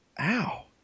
Ow